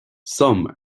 some